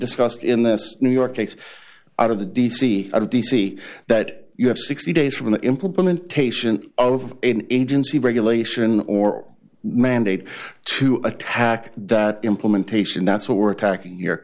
discussed in this new york case out of the d c of d c that you have sixty days from the implementation of agency regulation or mandate to attack that implementation that's what we're tackling your